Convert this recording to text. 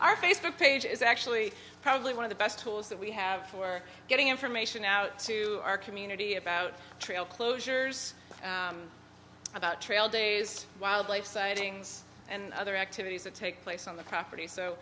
facebook page is actually probably one of the best tools that we have for getting information out to our community about trail closures about trail days wildlife sightings and other activities that take place on the property so